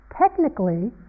Technically